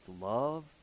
love